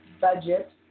budget